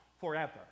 forever